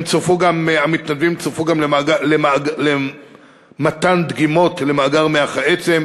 המתנדבים גם צורפו למתן דגימות למאגר מח העצם.